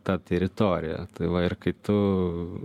ta teritorija tai va ir kai tu